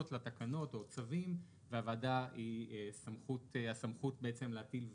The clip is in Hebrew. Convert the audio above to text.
תקנות או צווים והוועדה היא הסמכות להטיל וטו,